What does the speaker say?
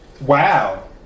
Wow